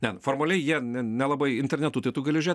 ne nu formaliai jie ne nelabai internetu tai tu gali žiūrėt